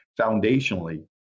foundationally